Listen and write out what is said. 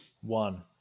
one